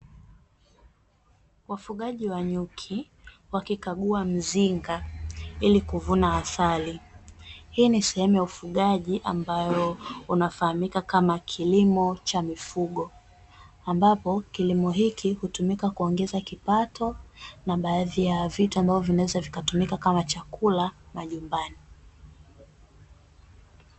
Wafugaji wa nyuki wakikagua mzinga ili kuvuna asali. Hii ni sehemu ya ufugaji ambao unafahamika kama kilimo cha mifugo ambapo kilimo hiki hutumika kuongeza kipato, na baadhi ya vitu ambavyo vinaweza vikatumika kama chakula majumbani.